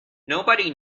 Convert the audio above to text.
nobody